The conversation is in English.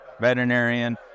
veterinarian